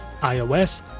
iOS